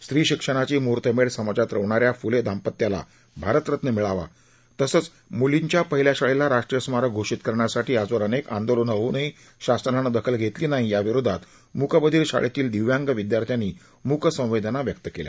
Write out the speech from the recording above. स्त्री शिक्षणाची मृहर्तमेढ समाजात रोवणाऱ्या फुले दाम्पत्याला भारतरत्न मिळावा तसेच म्लींच्या पहिल्या शाळेला राष्ट्रीय स्मारक घोषीत करण्यासाठी आजवर अनेक आंदोलनं होऊनही शासनानं दखल घेतली नाही या विरोधात मुक बधीर शाळेतील दीव्यांग विदयार्थ्यांनी मुक संवेदना व्यक्त केल्या